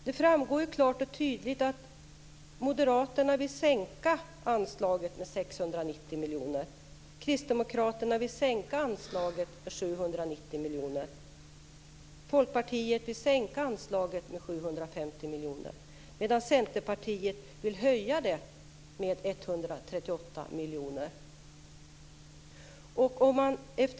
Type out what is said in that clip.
Det framgår klart och tydligt att Moderaterna vill sänka anslaget med 690 miljoner kronor, Kristdemokraterna vill sänka anslaget med 790 750 miljoner kronor, medan Centerpartiet vill höja anslaget med 138 miljoner kronor.